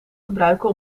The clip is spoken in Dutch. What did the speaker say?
gebruiken